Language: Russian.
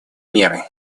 меры